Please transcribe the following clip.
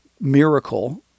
miracle